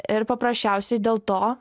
ir paprasčiausiai dėl to